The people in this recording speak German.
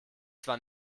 zwar